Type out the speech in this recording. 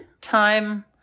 time